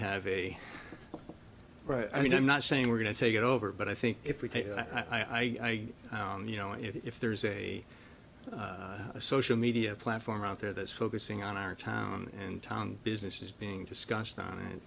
have a right i mean i'm not saying we're going to take it over but i think if we take i i you know if there's a social media platform out there that's focusing on our town and town business is being discussed on